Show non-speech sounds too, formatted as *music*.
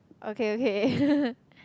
okay okay *laughs*